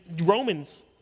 Romans